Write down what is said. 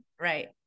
right